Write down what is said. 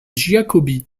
giacobbi